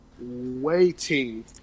waiting